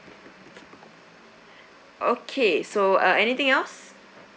okay so uh anything else